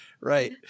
Right